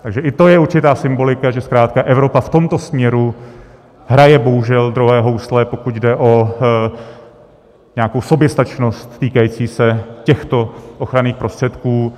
Takže i to je určitá symbolika, že zkrátka Evropa v tomto směru hraje bohužel druhé housle, pokud jde o nějakou soběstačnost týkající se těchto ochranných prostředků.